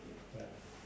ya